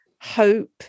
hope